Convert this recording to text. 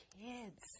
kids